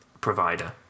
provider